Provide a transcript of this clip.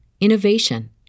innovation